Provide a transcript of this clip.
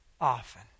often